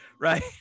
right